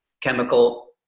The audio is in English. chemical